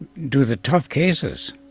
do the tough cases.